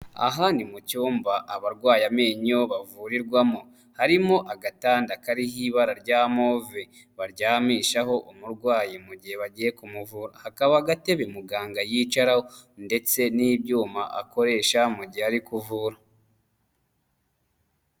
Aha ni mu cyumba abarwaye amenyo bavurirwamo, harimo agatanda kariho ibara ry'amove, baryamishaho umurwayi mu gihe bagiye kumuvura, hakaba agatebe muganga yicaraho, ndetse n'ibyuma akoresha mu gihe ari kuvura.